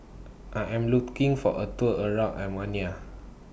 I Am looking For A Tour around Armenia